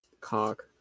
Cock